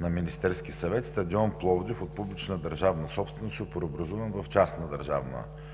на Министерския съвет стадион „Пловдив“ от публична държавна собственост е преобразуван в частна държавна